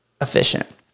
efficient